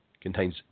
contains